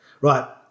Right